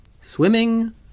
Swimming